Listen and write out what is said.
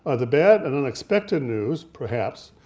ah the bad and unexpected news, perhaps,